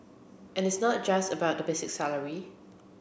and it's not just about the basic salary